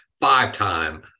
five-time